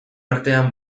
artean